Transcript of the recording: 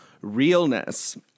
realness